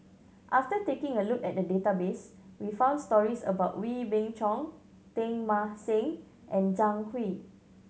after taking a look at the database we found stories about Wee Beng Chong Teng Mah Seng and Zhang Hui